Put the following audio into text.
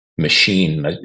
machine